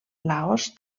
laos